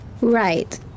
Right